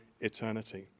eternity